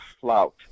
flout